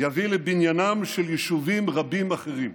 יביא לבניינם של יישובים רבים אחרים.